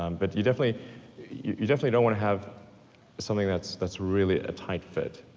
um but you definitely you definitely don't wanna have something that's that's really a tight fit,